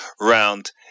round